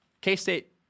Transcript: K-State